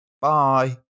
Bye